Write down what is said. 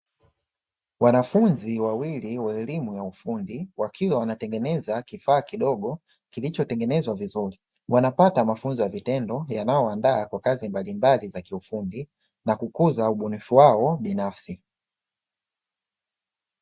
Wanafunzi wawili wa elimu ya ufundi wakiwa wanatengeneza kifaa kidogo kilichotengenezwa vizuri, wanapata mafunzo ya vitendo yanayowaandaa kwa kazi mbalimbali za kiufundi na kukuza ubunifu wao binafsi.